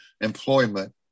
employment